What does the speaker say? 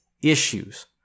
issues